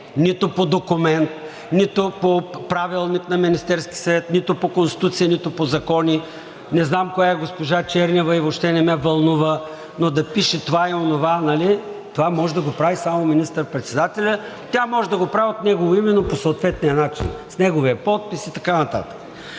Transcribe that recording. нито по документ, нито по Правилник на Министерския съвет, нито по Конституция, нито по закони. Не знам коя е госпожа Чернева и въобще не ме вълнува, но да пише това и онова – това може да го прави само министър-председателят. Тя може да го прави от негово име, но по съответния начин – с неговия подпис и така нататък.